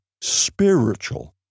spiritual